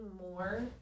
more